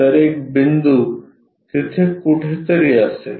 तर एक बिंदू तिथे कुठेतरी असेल